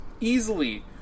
easily